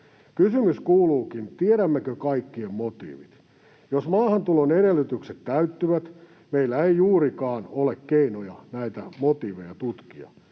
Kysymys kuuluukin: Tiedämmekö kaikkien motiivit? Jos maahantulon edellytykset täyttyvät, meillä ei juurikaan ole keinoja näitä motiiveja tutkia.